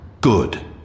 Good